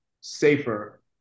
safer